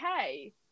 okay